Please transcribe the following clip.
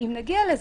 אם נגיע לזה.